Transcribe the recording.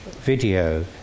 video